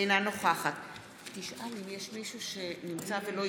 אינה נוכחת האם יש מישהו נוסף?